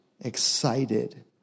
excited